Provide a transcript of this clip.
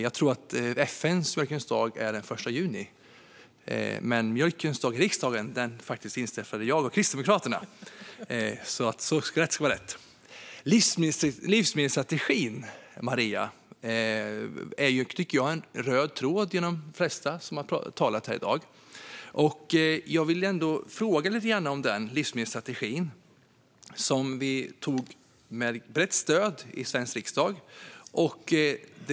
Jag tror att FN:s Mjölkens dag är den 1 juni, men mjölkens dag i riksdagen är faktiskt instiftad av mig och Kristdemokraterna. Rätt ska vara rätt. Livsmedelsstrategin tycker jag är en röd tråd i vad de flesta talat om här i dag. Jag vill ändå fråga lite om den. Livsmedelsstrategin antogs med brett stöd här i Sveriges riksdag.